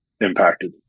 impacted